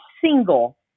single